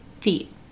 feet